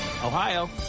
Ohio